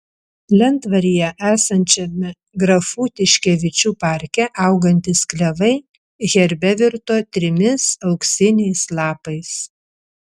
lentvaryje esančiame grafų tiškevičių parke augantys klevai herbe virto trimis auksiniais lapais